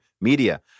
media